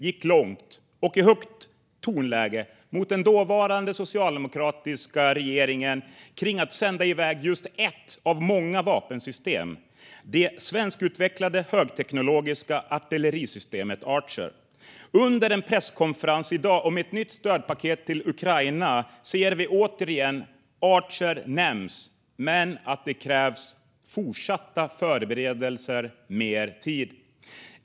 Man gick i högt tonläge mot den dåvarande socialdemokratiska regeringen kring att sända iväg just ett av många vapensystem: det svenskutvecklade högteknologiska artillerisystemet Archer. Under en presskonferens i dag om ett nytt stödpaket till Ukraina nämns återigen Archer - men det krävs fortsatta förberedelser och mer tid.